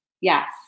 Yes